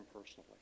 personally